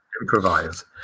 improvise